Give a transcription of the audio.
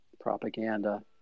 propaganda